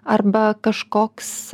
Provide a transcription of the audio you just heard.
arba kažkoks